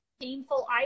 Painful